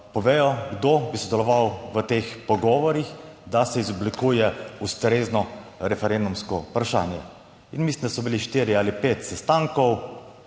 povedo, kdo bi sodeloval v teh pogovorih, da se izoblikuje ustrezno referendumsko vprašanje in mislim, da so bili štirje ali pet sestankov.